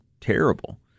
terrible